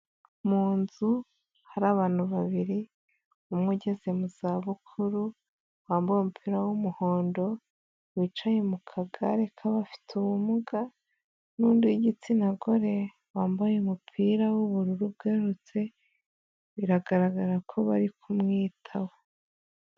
Mu nzu hari abantu babiri, umwe ugeze mu zabukuru wambaye umupira w'umuhondo, wicaye mu kagare k'abafite ubumuga n'undi w'igitsina gore wambaye umupira w'ubururu bwerurutse, biragaragara ko bari kumwitaho.